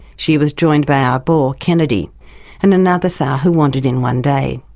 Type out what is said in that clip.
she was joined by our boar kennedy and another sow who wandered in one day.